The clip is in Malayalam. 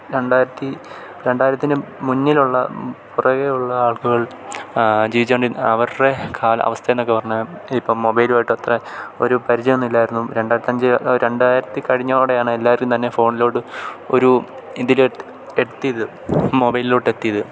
രണ്ടായിരത്തിന് മുന്നെ ജീവിച്ചിരുന്ന ആളുകളുടെ അവസ്ഥയെന്നൊക്കെ പറഞ്ഞാല് ഇപ്പം മൊബൈലുമായിട്ടത്ര ഒരു പരിചയമൊന്നുമില്ലായിരുന്നു രണ്ടായിരം കഴിഞ്ഞതോടെയാണ് എല്ലാവരും തന്നെ ഫോണിലേക്ക് ഒരു ഇതിലെത്തിയത് മൊബൈലിലേക്കെത്തിയത്